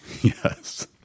Yes